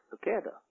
together